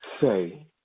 say